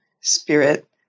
spirit